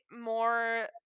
more